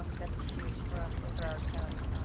um that's huge for us in broward county.